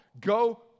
go